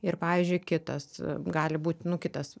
ir pavyzdžiui kitas gali būt nu kitas